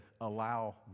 allow